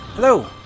Hello